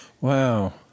Wow